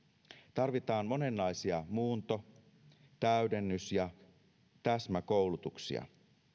tarvitaan monenlaisia muunto täydennys ja täsmäkoulutuksia